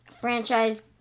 franchise